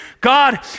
God